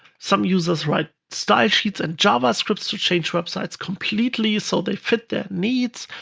some users write style sheets and javascripts to change websites completely so they fit their needs.